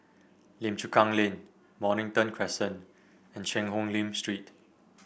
Lim Chu Kang Lane Mornington Crescent and Cheang Hong Lim Street